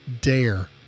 dare